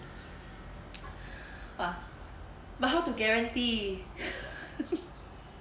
ah but how to guarantee